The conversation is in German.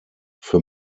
für